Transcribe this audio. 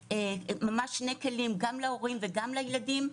ממש שני כלים - גם להורים וגם לילדים,